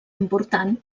important